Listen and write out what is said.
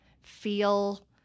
feel